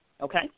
Okay